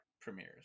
premieres